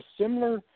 similar